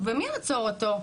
ומי יעצור אותו?